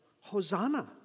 Hosanna